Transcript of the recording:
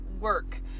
work